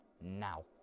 Now